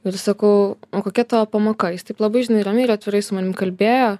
ir sakau o kokia tavo pamoka jis taip labai žinai ramiai ir atvirai su manim kalbėjo